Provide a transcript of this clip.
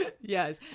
yes